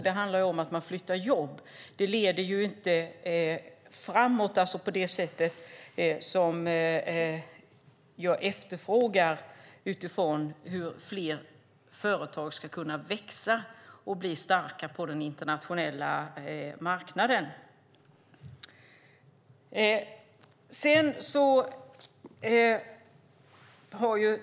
Det handlar om att man flyttar jobb och leder inte framåt på det sätt som jag efterfrågar när det gäller hur fler företag ska kunna växa och bli starka på den internationella marknaden.